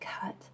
cut